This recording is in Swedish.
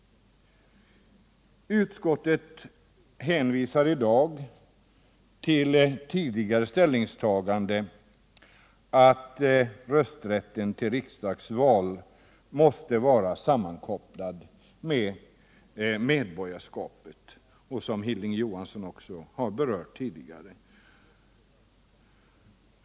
Utskottet hänvisar till tidigare ställningstagande att rösträtten till riksdagsval måste vara sammankopplad med medborgarskap, något som Hilding Johansson också har berört tidigare.